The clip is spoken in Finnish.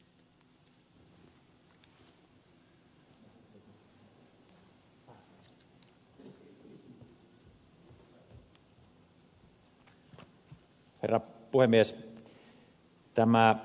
arvoisa herra puhemies